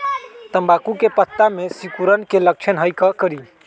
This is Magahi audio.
तम्बाकू के पत्ता में सिकुड़न के लक्षण हई का करी?